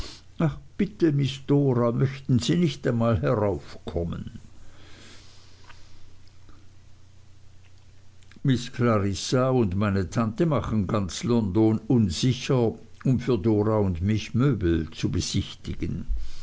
ach bitte miß dora möchten sie nicht einmal heraufkommen miß clarissa und meine tante machen ganz london unsicher um für dora und mich möbel zu besichtigen